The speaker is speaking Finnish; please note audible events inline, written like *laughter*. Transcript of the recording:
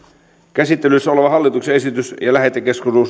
käsittelyssä oleva hallituksen esitys ja lähetekeskustelu *unintelligible*